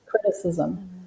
criticism